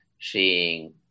seeing